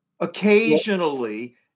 Occasionally